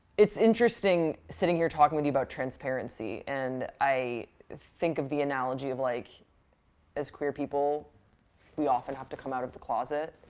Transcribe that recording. it's interesting sitting here talking with you about transparency, and i think of the analogy of like as queer people we often have to come out of the closet.